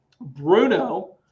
Bruno